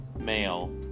male